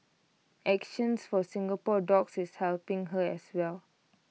action for Singapore dogs is helping her as well